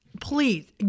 Please